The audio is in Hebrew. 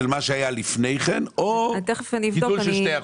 מה שהיה לפני כן או גידול של שני אחוזים.